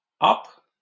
up